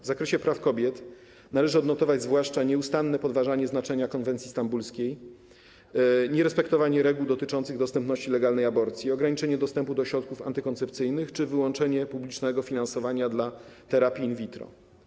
W zakresie praw kobiet należy odnotować zwłaszcza nieustanne podważanie znaczenia konwencji stambulskiej, nierespektowanie reguł dotyczących dostępności legalnej aborcji, ograniczenie dostępu do środków antykoncepcyjnych czy wyłączenie publicznego finansowania terapii in vitro.